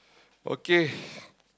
okay